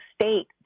state